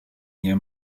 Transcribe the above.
nie